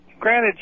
Granted